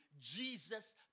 Jesus